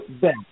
Ben